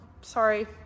Sorry